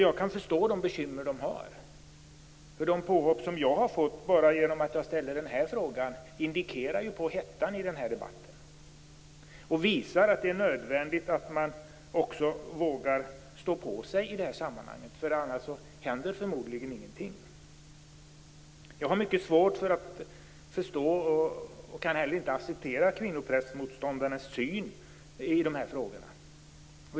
Jag kan förstå de bekymmer som de har, därför att de påhopp som jag har upplevt bara genom att framställa den här interpellationen indikerar hettan i debatten och visar att det är nödvändigt att man också vågar stå på sig i det här sammanhanget - annars händer det förmodligen ingenting. Jag har mycket svårt att förstå och kan inte heller acceptera kvinnoprästmotståndarnas syn i de här frågorna.